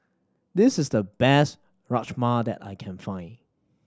this is the best Rajma that I can find